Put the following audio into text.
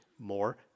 more